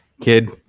Kid